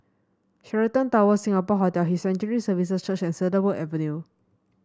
Sheraton Towers Singapore Hotel His Sanctuary Services Church and Cedarwood Avenue